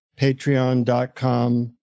patreon.com